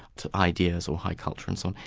to ideas or high culture and so on,